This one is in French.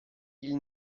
ils